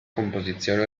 composizione